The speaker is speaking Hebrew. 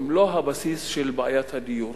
הן לא הבסיס של בעיית הדיור.